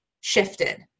shifted